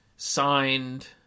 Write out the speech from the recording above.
signed